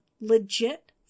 legit